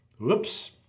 Whoops